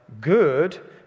good